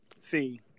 fee